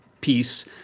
piece—